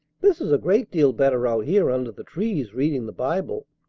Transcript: this is a great deal better out here under the trees, reading the bible.